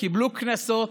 וקיבלו קנסות